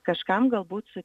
kažkam galbūt